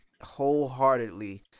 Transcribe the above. wholeheartedly